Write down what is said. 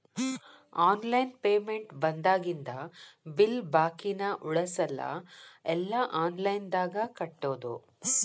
online payment ಬಂದಾಗಿಂದ bill ಬಾಕಿನ ಉಳಸಲ್ಲ ಎಲ್ಲಾ ಆನ್ಲೈನ್ದಾಗ ಕಟ್ಟೋದು